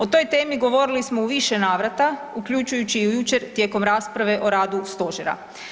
O toj temi govorili smo u više navrata uključujući i jučer u tijeku rasprave o radu Stožera.